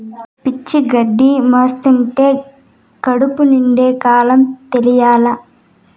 పచ్చి గడ్డి మేస్తంటే కడుపు నిండే కాలం తెలియలా